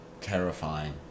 terrifying